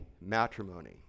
matrimony